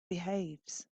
behaves